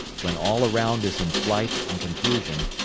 when all around is in flight and confusion,